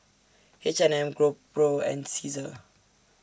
H and M GoPro and Cesar